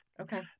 okay